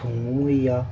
थोम होई जा